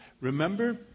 Remember